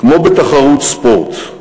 כמו בתחרות ספורט.